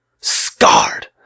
scarred